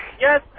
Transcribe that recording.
Yes